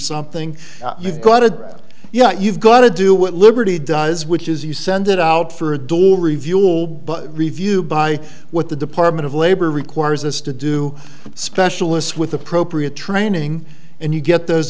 something you've got a yet you've got to do what liberty does which is you send it out for a door review all but review by what the department of labor requires us to do specialists with appropriate training and you get those